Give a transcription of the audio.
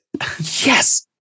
Yes